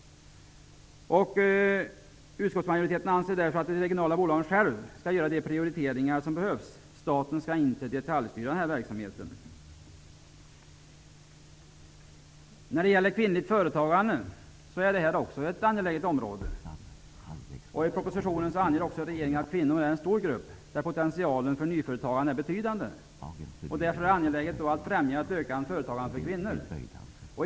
Utskottsmajoriteten anser därför att de regionala bolagen själva skall göra de prioriteringar som behövs. Staten skall inte detaljstyra verksamheten. Kvinnligt företagande är också ett viktigt område. I propositionen anger regeringen att kvinnor är en stor grupp vars potential för nyföretagande är betydande. Det är därför angeläget att främja ett ökat företagande bland kvinnor.